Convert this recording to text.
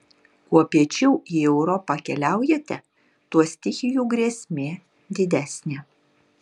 kuo piečiau į europą keliaujate tuo stichijų grėsmė didesnė